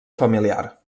familiar